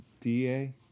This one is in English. da